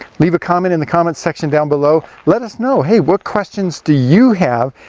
leave a comment in the comment section down below. let us know, hey what questions do you have,